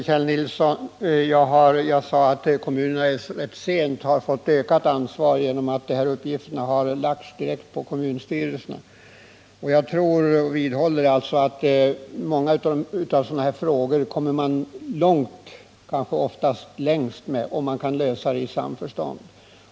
Herr talman! Jag sade, Kjell Nilsson, att kommunerna rätt sent har fått ökat ansvar genom att de här uppgifterna har lagts direkt på kommunstyrelserna. Jag vidhåller alltså att många av dessa frågor kommer man långt — kanske ofta längst — med om man kan lösa dem i samförstånd.